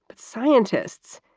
but scientists,